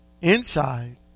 Inside